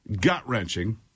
gut-wrenching